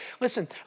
Listen